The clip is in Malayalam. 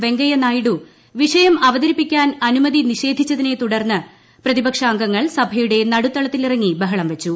വെങ്കയ്യ നായിഡു വിഷയം അവതരിപ്പിക്കാൻ അനുമതി നിഷേധിച്ചതിനെ തുടർന്ന് പ്രതിപക്ഷ അംഗങ്ങൾ സഭയുടെ നിട്ടുത്തളത്തിലിറങ്ങി ബഹളം വെച്ചു